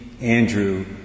Andrew